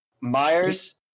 Myers